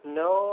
no